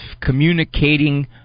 communicating